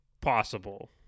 possible